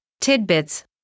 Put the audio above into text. tidbits